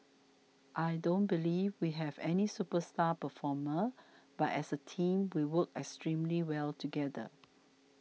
I don't believe we have any superstar performer but as a team we work extremely well together